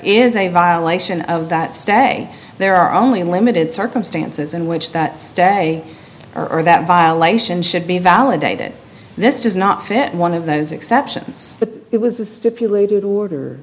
is a violation of that stay there are only in limited circumstances in which that stay or that violation should be validated this does not fit one of those exceptions but it was a stipulated order